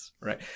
right